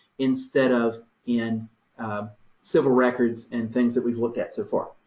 instead of in civil records and things that we've looked at so far.